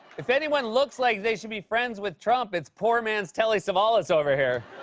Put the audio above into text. if anyone looks like they should be friends with trump, its poor man's telly savalas over here.